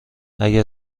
اگر